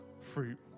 fruit